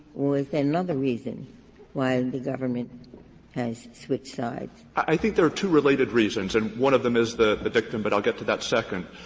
or is there another reason why the government has switched sides? stewart i think there are two related reasons, and one of them is the the dictum, but i'll get to that second.